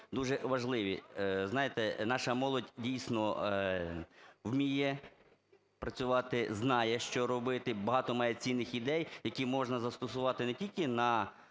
дуже важливі. Знаєте, наша молодь, дійсно, вміє працювати, знає, що робити, багато має цінних ідей, які можна застосувати не тільки на